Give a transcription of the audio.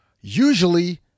Usually